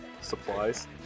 Supplies